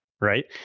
right